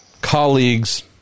colleagues